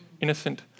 innocent